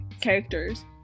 characters